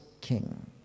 king